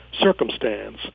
circumstance